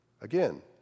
Again